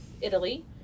Italy